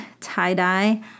tie-dye